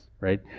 right